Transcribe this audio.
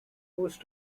post